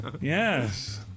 yes